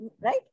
right